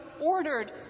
ordered